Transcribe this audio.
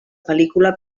pel·lícula